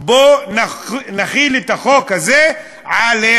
בוא נחיל את החוק הזה עליכם,